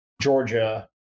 Georgia